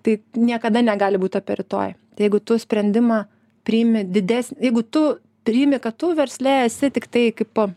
tai niekada negali būti apie rytojų tai jeigu tu sprendimą priimi didės jeigu tu priimi kad tu versle esi tiktai kaip